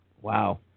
Wow